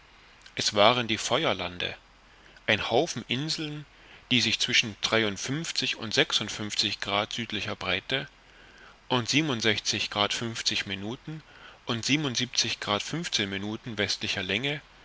es waren die feuerlande ein haufen inseln die sich zwischen drei und grad südlicher breite und grad und minuten westlicher länge